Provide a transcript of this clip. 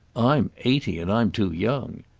i'm eighty, and i'm too young.